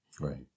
Right